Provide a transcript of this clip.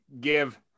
give